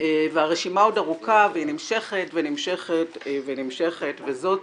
והרשימה עוד ארוכה והיא נמשכת ונמשכת וזאת